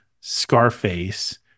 Scarface